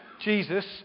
Jesus